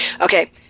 Okay